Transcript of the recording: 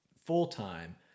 full-time